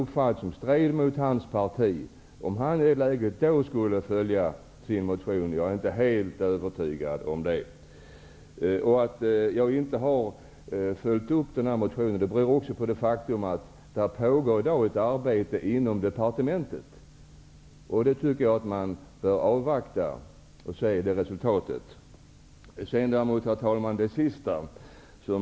Jag är inte helt övertygad om att Max Montalvo, om han hade en uppfattning som stred mot partiets, i ett sådant läge skulle stödja sin motion. Att jag inte har följt upp min motion beror också på det faktum att det i dag pågår ett arbete inom departementet. Jag tycker att man bör avvakta resultatet av detta. Herr talman!